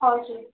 हजुर